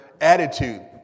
attitude